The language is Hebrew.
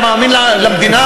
אתה מאמין למדינה?